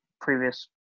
previous